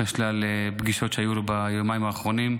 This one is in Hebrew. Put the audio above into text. אחרי שלל פגישות שהיו לו ביומיים האחרונים.